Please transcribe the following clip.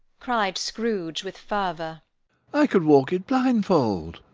cried scrooge with fervour i could walk it blindfold.